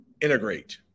Integrate